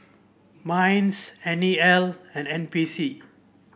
Minds N E L and N P C